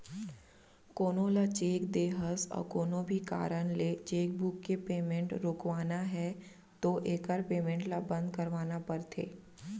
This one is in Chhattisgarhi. कोनो ल चेक दे हस अउ कोनो भी कारन ले चेकबूक के पेमेंट रोकवाना है तो एकर पेमेंट ल बंद करवाना परथे